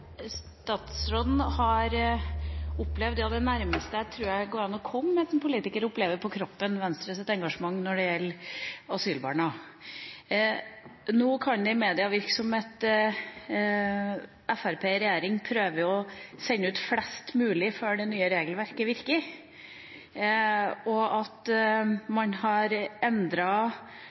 Statsråden har opplevd – og det er noe av det nærmeste jeg tror det går an å komme at en politiker opplever på kroppen – Venstres engasjement når det gjelder asylbarna. Nå kan det i media virke som om Fremskrittspartiet i regjering prøver å sende ut flest mulig før det nye regelverket virker, og som om man har